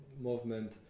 movement